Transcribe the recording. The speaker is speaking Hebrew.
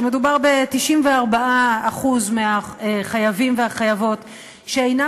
שמדובר ב-94% מהחייבים והחייבות שאינם